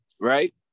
right